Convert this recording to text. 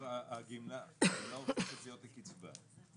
כלומר, הגמלה הופכת להיות לקצבה.